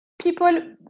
people